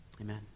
Amen